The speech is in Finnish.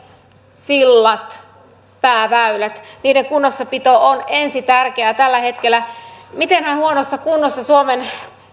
sillat pääväylät niiden kunnossapito on ensitärkeää tällä hetkellä mitenhän huonossa kunnossa suomen